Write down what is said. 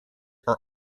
are